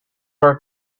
her